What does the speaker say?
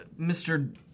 Mr